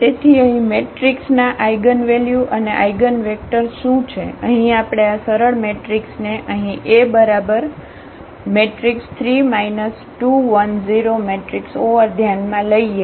તેથી અહીં મેટ્રિક્સના આઇગનવેલ્યુ અને આઇગનવેક્ટર્સ શું છે અહીં આપણે આ સરળ મેટ્રિક્સને અહીં A3 2 1 0 ધ્યાનમાં લઈએ